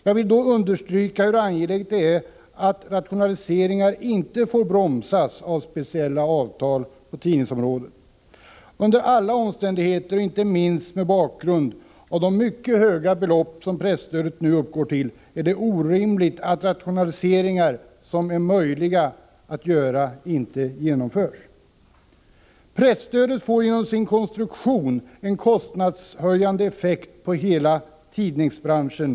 Jag vill då understryka hur viktigt det är att rationaliseringar inte får bromsas av speciella avtal på tidningsområdet. Under alla omständigheter, och inte minst mot bakgrunden av de mycket höga belopp som presstödet nu uppgår till, är det orimligt att möjliga rationaliseringar inte genomförs. Presstödet får genom sin konstruktion en kostnadshöjande effekt på hela tidningsbranschen.